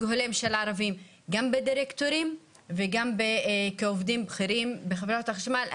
הולם של ערבים גם בדירקטורים וגם כעובדים בכירים בחברת החשמל.